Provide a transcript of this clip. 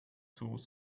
source